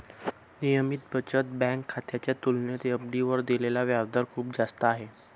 नियमित बचत बँक खात्याच्या तुलनेत एफ.डी वर दिलेला व्याजदर खूप जास्त आहे